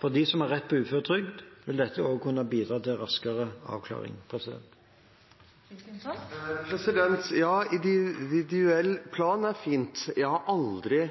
For dem som har rett på uføretrygd, vil dette også kunne bidra til en raskere avklaring. Ja, individuell plan er fint. Jeg fikk aldri